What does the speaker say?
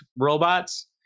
robots